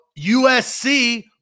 USC